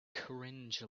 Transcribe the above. cringe